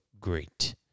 great